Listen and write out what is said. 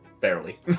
barely